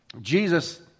Jesus